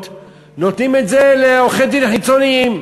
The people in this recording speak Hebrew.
נותנות את זה לעורכי-דין חיצוניים.